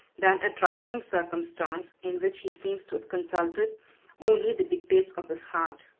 than a trifling circumstance in which he seems to have consulted only the dictates of his heart.